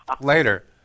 later